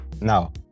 Now